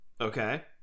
Okay